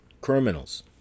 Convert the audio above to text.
Criminals